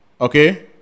Okay